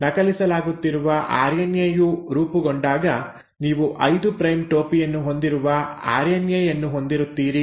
ನಕಲಿಸಲಾಗುತ್ತಿರುವ RNA ಯು ರೂಪುಗೊಂಡಾಗ ನೀವು 5 ಪ್ರೈಮ್ ಟೋಪಿಯನ್ನು ಹೊಂದಿರುವ ಆರ್ಎನ್ಎ ಯನ್ನು ಹೊಂದಿರುತ್ತೀರಿ